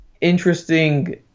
interesting